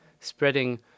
spreading